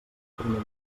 primer